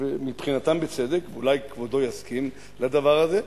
ומבחינתם בצדק, ואולי כבודו יסכים לדבר הזה,